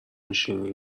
میشینی